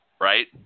right